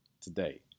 Today